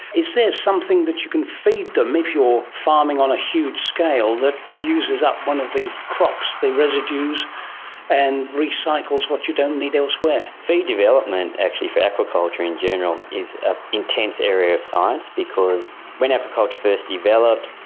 is there something that you can feed them if you are farming on a huge scale that uses up one of the crops, the residues and recycles what you don't need elsewhere? feed development actually for aquaculture in general is an ah intense area of science because when aquaculture first developed,